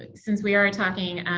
like since we are talking